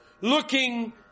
looking